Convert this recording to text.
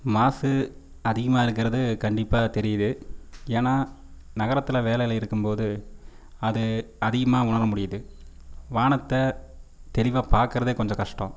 மாசு அதிகமாக இருக்கிறது கண்டிப்பாக தெரியுது ஏன்னா நகரத்தில் வேலையில் இருக்கும்போது அது அதிகமாக உணர முடியுது வானத்தை தெளிவாக பார்க்கறதே கொஞ்சம் கஷ்டம்